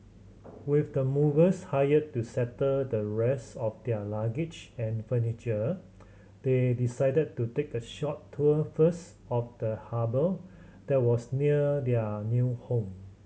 with the movers hired to settle the rest of their luggage and furniture they decided to take a short tour first of the harbour that was near their new home